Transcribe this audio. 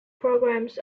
programmes